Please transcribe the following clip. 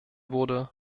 wurde